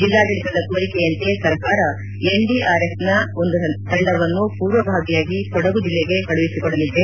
ಜಿಲ್ವಾಡಳಿತದ ಕೋರಿಕೆಯಂತೆ ಸರ್ಕಾರ ಎನ್ಡಿಆರ್ಎಫ್ನ ಒಂದು ತಂಡವನ್ನು ಪೂರ್ವಭಾವಿಯಾಗಿ ಕೊಡಗು ಜಿಲ್ಲೆಗೆ ಕಳುಹಿಸಿಕೊಡಲಿದೆ